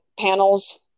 panels